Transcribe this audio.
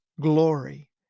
glory